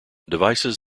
devices